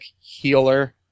healer